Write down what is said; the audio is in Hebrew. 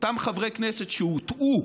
ואותם חברי כנסת שהוטעו,